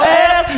ass